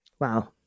Wow